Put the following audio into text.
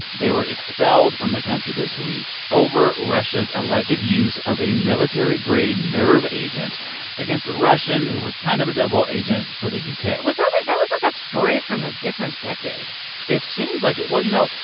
they were expelled from the country this week over russia's alleged use of a military-grade nerve agent against a russian who was kind of a double agent for the u k was that, ah like that was, like, a story from a different different decade it seems like it. well, you know,